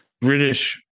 British